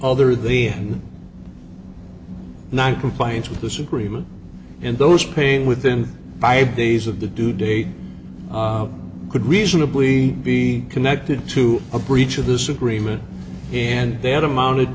other than the noncompliance with this agreement and those paying within five days of the due date could reasonably be connected to a breach of this agreement and they had amounted